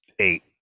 eight